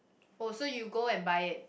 oh so you go and buy it